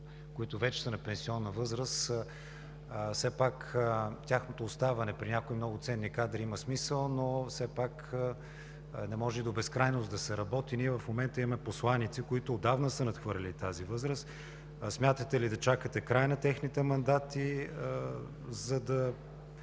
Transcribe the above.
които вече са на пенсионна възраст – тяхното оставане при някои много ценни кадри има смисъл, но все пак не може до безкрайност да се работи? Ние в момента имаме посланици, които отдавна са надхвърлили тази възраст. Смятате ли да чакате края на техните мандати, за да